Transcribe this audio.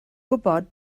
gwybod